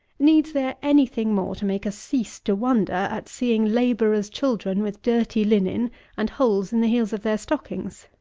needs there any thing more to make us cease to wonder at seeing labourers' children with dirty linen and holes in the heels of their stockings?